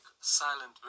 Silent